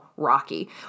Rocky